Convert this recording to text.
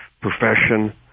profession